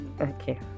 okay